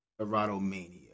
erotomania